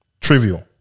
Trivial